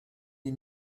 you